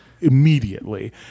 immediately